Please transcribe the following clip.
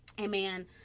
Amen